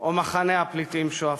או מחנה הפליטים שועפאט.